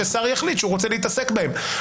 ששר יחליט שהוא רוצה להתעסק בהן.